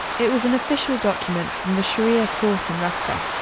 it was an official document from the sharia court in raqqa,